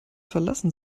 verlassen